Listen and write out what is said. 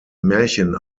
märchen